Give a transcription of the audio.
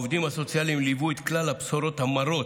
העובדים הסוציאליים ליוו את כלל הבשורות המרות,